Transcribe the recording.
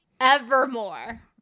evermore